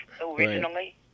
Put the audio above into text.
originally